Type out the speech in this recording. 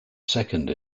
second